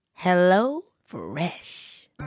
HelloFresh